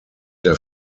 der